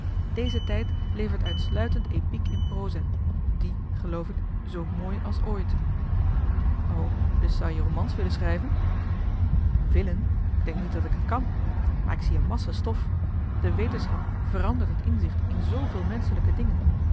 deze tijd levert uitsluitend epiek in proza die geloof ik zoo mooi als ooit o dus zou je romans willen schrijven willen k denk niet dat ik het kan maar ik zie een massa stof de wetenschap verandert het inzicht in zveel menschelijke dingen